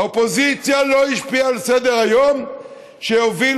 האופוזיציה לא השפיעה על סדר-היום שיוביל